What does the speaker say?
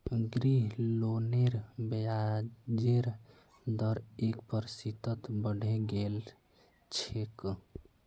गृह लोनेर ब्याजेर दर एक प्रतिशत बढ़े गेल छेक